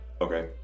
Okay